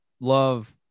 Love